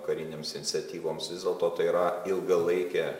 karinėms iniciatyvoms vis dėlto tai yra ilgalaikė